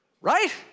right